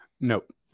Nope